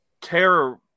terror